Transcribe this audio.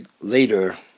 later